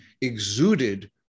exuded